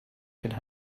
could